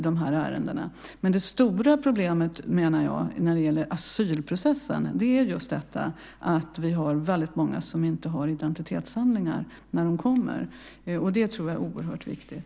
Det stora problemet när det gäller asylprocessen är att vi har många som inte har identitetshandlingar när de kommer hit. Det är oerhört viktigt.